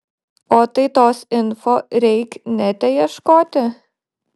o tai tos info reik nete ieškoti